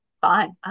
fine